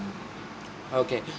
okay